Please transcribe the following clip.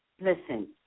listen